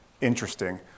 interesting